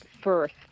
first